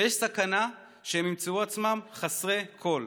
ויש סכנה שהם ימצאו עצמם חסרי כול.